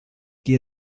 qui